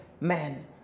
man